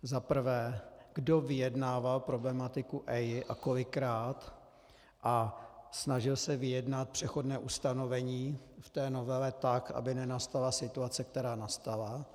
Za prvé, kdo vyjednával problematiku EIA a kolikrát a snažil se vyjednat přechodné ustanovení v té novele tak, aby nenastala situace, která nastala?